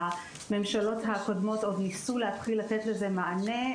הממשלות הקודמות עוד ניסו להתחיל לתת לזה מענה,